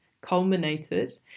culminated